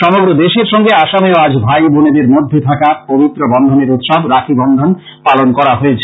সমগ্র দেশের সঙ্গে আসামেও আজ ভাই বোনের মধ্যে থাকা পবিত্র বন্ধনের উৎসব রাখি বন্ধন পালন করা হয়েছে